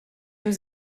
was